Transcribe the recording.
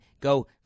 go